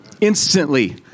Instantly